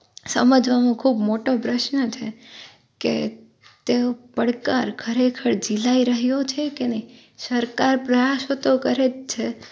સમજવામાં ખૂબ મોટો પ્રશ્ન છે કે તેઓ પડકાર ખરેખર ઝીલાઈ રહ્યો છે કે નહીં સરકાર પ્રયાસો તો કરે જ છે